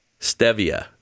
Stevia